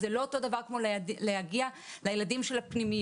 זה לא אותו דבר כמו להגיע לילדים של הפנימיות.